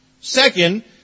Second